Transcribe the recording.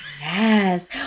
Yes